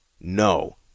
No